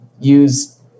use